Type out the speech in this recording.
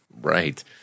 Right